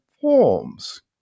forms